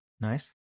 Nice